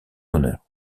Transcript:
honneur